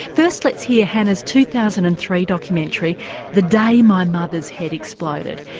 first let's hear hannah's two thousand and three documentary the day my mother's head exploded.